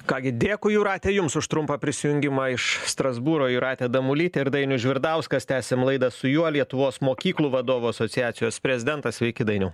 ką gi dėkui jūratė jums už trumpą prisijungimą iš strasbūro jūratė damulytė ir dainius žvirdauskas tęsiame laidą su juo lietuvos mokyklų vadovų asociacijos prezidentas sveiki dainiau